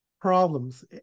problems